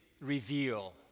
reveal